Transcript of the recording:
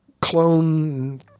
clone